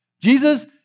Jesus